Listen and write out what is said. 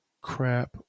crap